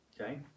Okay